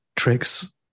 tricks